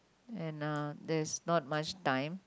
and uh there's not much time